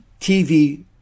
TV